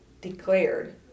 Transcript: declared